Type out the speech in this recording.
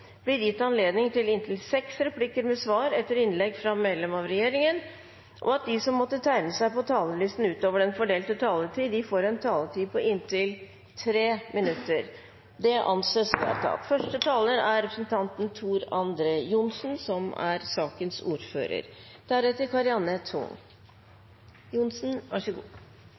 blir gitt anledning til seks replikker med svar etter innlegg fra medlemmer at regjeringen, og at de som måtte tegne seg på talerlisten utover den fordelte taletid, får en taletid på inntil 3 minutter. – Det anses vedtatt. Som presidenten skjønner, har undertegnede ansvaret for de store sakene i Stortingets vårsesjon. Nå er